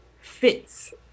fits